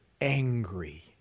angry